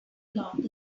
block